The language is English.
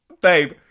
Babe